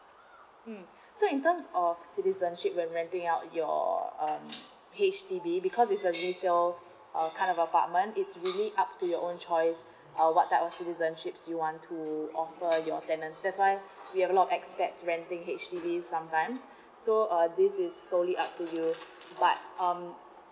um so in terms of citizenship when renting out your um H_D_B because is the resale uh kind of apartment it's really up to your own choice uh what type of citizenships you want to offer your tenant that's why you've a lot expects renting H_D_B sometimes so uh this is solely up to you but um